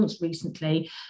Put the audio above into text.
recently